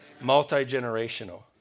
multi-generational